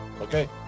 Okay